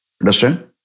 Understand